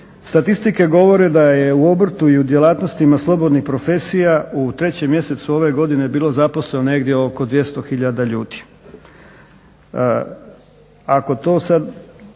Statistike govore da je u obrtu i u djelatnostima slobodnih profesija u trećem mjesecu ove godine bilo zaposleno negdje oko 200 hiljada